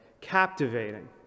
captivating